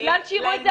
בגלל שיראו את זה